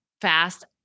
fast